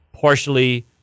partially